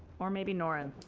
or maybe noren.